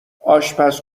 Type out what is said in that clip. آشپز